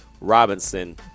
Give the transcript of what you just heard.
Robinson